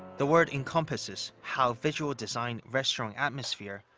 the word encompasses how visual design, restaurant atmosphere,